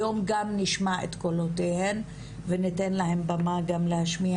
היום גם נשמע את קולותיהן וניתן להן במה להשמיע,